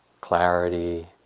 clarity